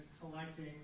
collecting